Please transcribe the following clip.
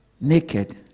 naked